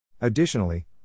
Additionally